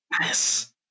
Yes